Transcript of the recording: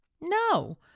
No